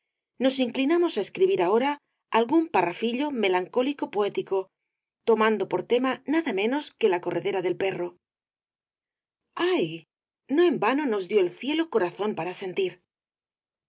nos inclinamos á escribir ahora algún parrafillo melancólico poético tomando por tema nada menos que la corredera del perro ay no en vano nos dio el cielo corazón para sentir